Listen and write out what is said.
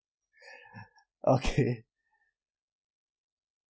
okay